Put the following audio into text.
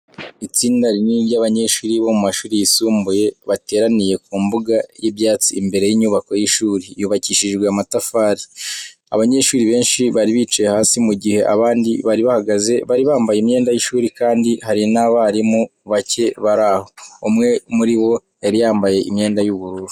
Itsinda rinini ry'abanyeshuri bo mu mashuri yisumbuye bateraniye ku mbuga y'ibyatsi imbere y'inyubako y'ishuri, yubakishijwe amatafari. Abanyeshuri benshi bari bicaye hasi, mu gihe abandi bari bahagaze. Bari bambaye imyenda y'ishuri, kandi hari n'abarimu bake bari aho. Umwe muri bo yari yambaye imyenda y'ubururu.